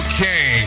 Okay